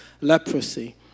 leprosy